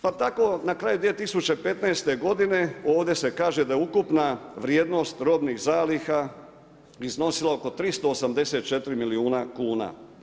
Pa tako na kraju 2015. godine ovdje se kaže da je ukupna vrijednost robnih zaliha iznosila oko 384 milijuna kuna.